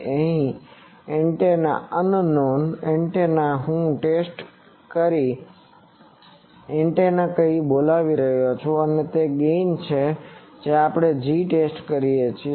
હવે અહીં antenna unknown અજ્ઞાતunknownએન્ટેનાને હું ટેસ્ટ એન્ટેના કહી બોલાવી રહ્યો છું અને તે ગેઈન છે આપણે G ટેસ્ટ કહીએ